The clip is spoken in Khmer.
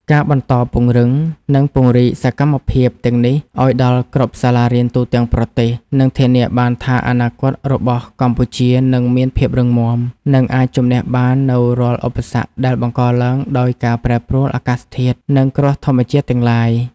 ការបន្តពង្រឹង និងពង្រីកសកម្មភាពទាំងនេះឱ្យដល់គ្រប់សាលារៀនទូទាំងប្រទេស នឹងធានាបានថាអនាគតរបស់កម្ពុជានឹងមានភាពរឹងមាំ និងអាចជម្នះបាននូវរាល់ឧបសគ្គដែលបង្កឡើងដោយការប្រែប្រួលអាកាសធាតុ និងគ្រោះធម្មជាតិទាំងឡាយ។